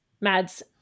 Mads